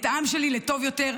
את העם שלי לטוב יותר.